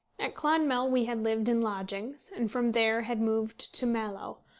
at clonmel we had lived in lodgings, and from there had moved to mallow,